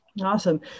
Awesome